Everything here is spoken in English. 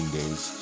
days